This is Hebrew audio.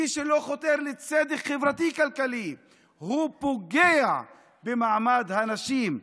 מי שלא חותר לצדק חברתי כלכלי פוגע במעמד הנשים.